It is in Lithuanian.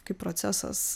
kaip procesas